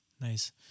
Nice